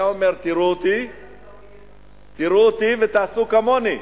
היה אומר: תראו אותי ותעשו כמוני.